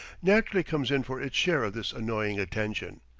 naturally comes in for its share of this annoying attention.